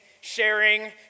sharing